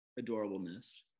adorableness